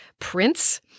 prince